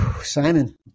Simon